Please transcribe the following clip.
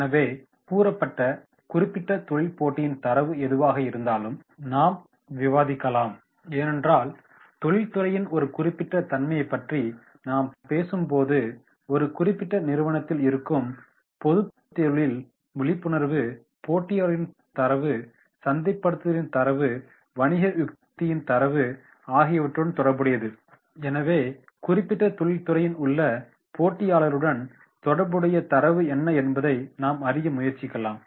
எனவே கூறப்பட்ட குறிப்பிட்ட தொழில் போட்டியின் தரவு எதுவாக இருந்தாலும் நாம் விவாதிக்கலாம் ஏனென்றால் தொழில்துறையின் ஒரு குறிப்பிட்ட தன்மையைப் பற்றி நாம் பேசும்போது ஒரு குறிப்பிட்ட நிறுவனத்தில் இருக்கும் பொதுத் தொழில் விழிப்புணர்வு போட்டியாளர்களின் தரவு சந்தைப்படுத்துதலின் தரவு வணிக யுக்தியின் தரவு ஆகியவற்றுடன் தொடர்புடையது எனவே குறிப்பிட்ட தொழில்துறையில் உள்ள போட்டியாளர்களுடன் தொடர்புடைய தரவு என்ன என்பதை நாம் அறிய முயற்சிக்கலாம்